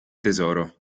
tesoro